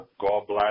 gallbladder